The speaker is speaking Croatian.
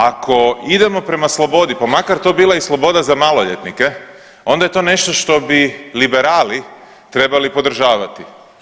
Ako idemo prema slobodi, pa makar to bila i sloboda za maloljetnike onda je to nešto što bi liberali trebali podržavati.